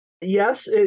Yes